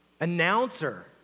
Announcer